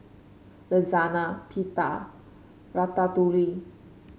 Lasagne Pita Ratatouille